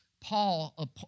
Paul